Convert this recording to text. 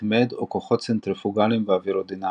התמד או כוחות צנטריפוגלים ואווירודינמים.